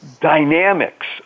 dynamics